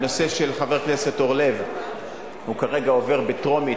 הנושא של חבר הכנסת אורלב כרגע עובר בטרומית,